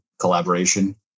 collaboration